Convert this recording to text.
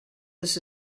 this